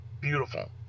beautiful